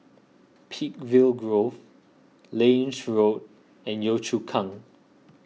Peakville Grove Lange Road and Yio Chu Kang